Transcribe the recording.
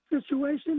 situation